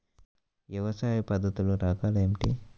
వ్యవసాయ పద్ధతులు రకాలు ఏమిటి?